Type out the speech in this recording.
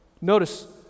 Notice